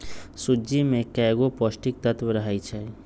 सूज्ज़ी में कएगो पौष्टिक तत्त्व रहै छइ